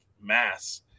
mass